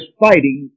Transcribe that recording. fighting